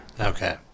Okay